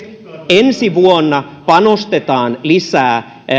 ensi vuonna panostetaan lisää